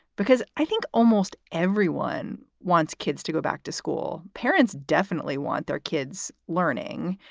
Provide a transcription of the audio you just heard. because i think almost everyone wants kids to go back to school. parents definitely want their kids learning.